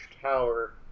tower